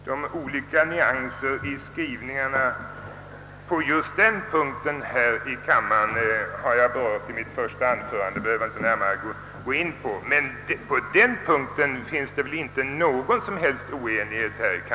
De olika nyanserna i skrivningarna på just denna punkt har jag berört i mitt första anförande, varför jag inte närmare behöver gå in därpå nu.